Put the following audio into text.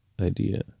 idea